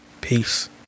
Peace